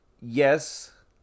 yes